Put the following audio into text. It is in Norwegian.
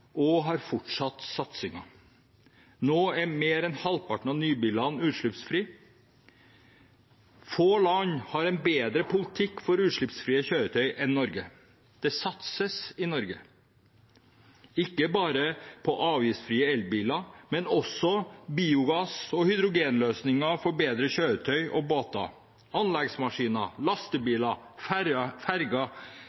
og har fortsatt satsingen. Nå er mer enn halvparten av nybilene utslippsfrie. Få land har en bedre politikk for utslippsfrie kjøretøy enn Norge. Det satses i Norge, ikke bare på avgiftsfrie elbiler, men også på biogass- og hydrogenløsninger for bedre kjøretøy og båter. Anleggsmaskiner,